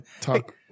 talk